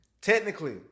Technically